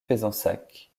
fezensac